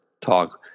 talk